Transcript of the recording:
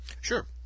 Sure